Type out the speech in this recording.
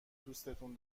دوستون